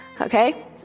Okay